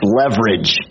leverage